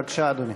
בבקשה, אדוני.